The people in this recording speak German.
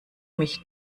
mich